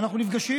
ואנחנו נפגשים.